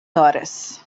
horas